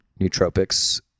nootropics